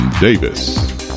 Davis